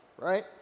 right